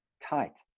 tight